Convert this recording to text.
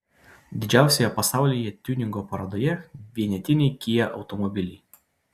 didžiausioje pasaulyje tiuningo parodoje vienetiniai kia automobiliai